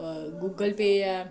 Google pay ਹੈ